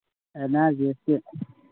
and R G ꯑꯦꯁꯀꯤ